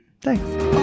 thanks